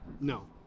No